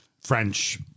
French